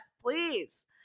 please